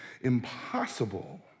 impossible